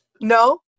No